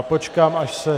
Počkám, až se...